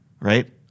right